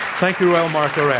thank you, reuel marc gerecht.